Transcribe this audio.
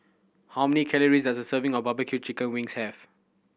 how many calories does a serving of barbecue chicken wings have